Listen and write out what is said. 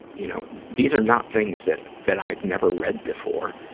you know, these are not things that, that i've never read before.